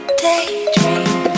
daydream